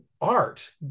art